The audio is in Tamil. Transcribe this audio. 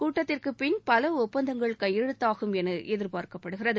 கூட்டத்திற்குபின் பல ஒப்பந்தங்கள் கையெழுத்தாகும் என எதிர்பார்க்கப்படுகிறது